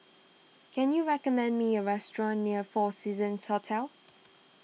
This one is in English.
can you recommend me a restaurant near four Seasons Hotel